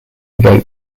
boat